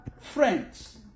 friends